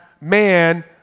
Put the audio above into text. man